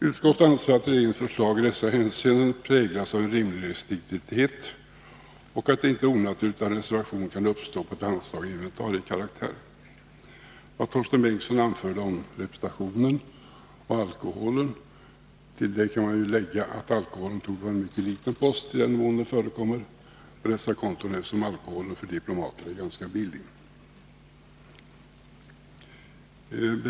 Utskottet anser att regeringens förslag i dessa hänseenden präglas av rimlig restriktivitet och att det inte är onaturligt att en reservation kan uppstå på ett anslag av inventariekaraktär. Till vad Torsten Bengtson anförde om representationen och alkoholen kan man lägga att alkoholen torde vara en mycket liten post, i den mån den alls förekommer på dessa konton, eftersom alkohol för diplomater är ganska billig.